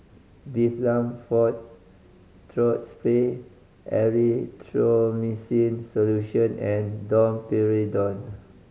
Difflam Forte Throat Spray Erythroymycin Solution and Domperidone